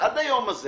עד היום הזה